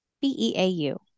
B-E-A-U